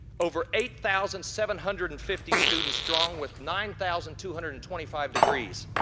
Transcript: over eight thousand seven hundred and fifty students strong with nine thousand two hundred and twenty five degrees.